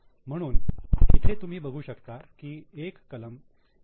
म्हणून इथे तुम्ही बघू शकता की एक कलम एम